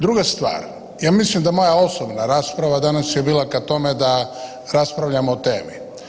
Druga stvar, ja mislim da moja osobna rasprava danas je bila ka tome da raspravljamo o temi.